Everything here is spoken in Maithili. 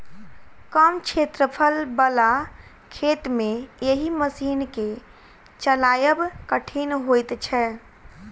कम क्षेत्रफल बला खेत मे एहि मशीन के चलायब कठिन होइत छै